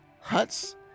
huts